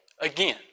again